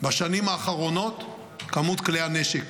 בשנים האחרונות, כמות כלי הנשק.